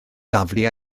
daflu